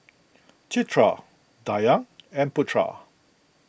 Citra Dayang and Putra